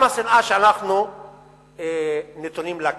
גם השנאה שאנחנו נתונים לה כאן.